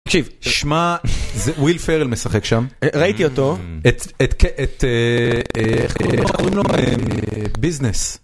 תקשיב, שמע, זה וויל פרל משחק שם ראיתי אותו את. איך קוראים לו? ביזנס